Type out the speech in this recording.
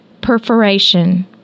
perforation